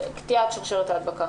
התייחסות לקטיעת שרשרת ההדבקה.